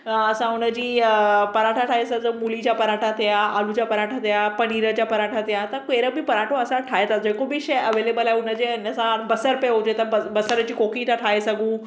असां हुनजी पराठा ठाए था सघूं मूली जा पराठा थिया आलू जा पराठा थिया पनीर जा पराठा थिया त कहिड़ो बि पराठो असां ठाएता सघूं जेको बि शइ एवेलेबल आहे हुनजे इनसां बसर पियो हुजे त बसर जी कोकी ता ठाहे सघूं